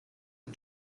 are